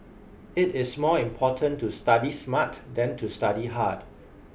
it is more important to study smart than to study hard